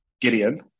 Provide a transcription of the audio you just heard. Gideon